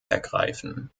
ergreifen